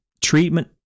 treatment